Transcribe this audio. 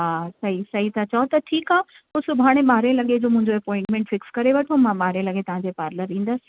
हा सही सही था चओ त ठीकु आहे पोइ सुभाणे ॿारहें लॻे जो मुंहिंजो अपोइंटमेंट फ़िक्स करे वठो मां ॿारहें लॻे तव्हांजे पार्लर ईंदसि